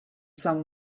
some